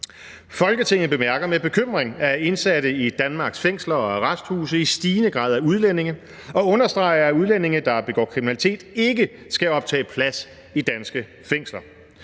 »Folketinget bemærker med bekymring, at indsatte i Danmarks fængsler og arresthuse i stigende grad er udlændinge, og understreger, at udlændinge, der begår kriminalitet, ikke skal optage plads i danske fængsler.